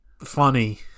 funny